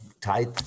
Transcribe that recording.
tight